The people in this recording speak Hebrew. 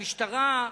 המשטרה,